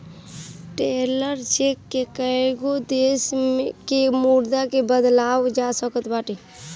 traveller cheque के कईगो देस के मुद्रा में बदलल जा सकत बाटे